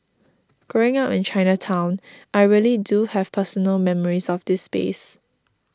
growing up in Chinatown I really do have personal memories of this space